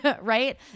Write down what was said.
Right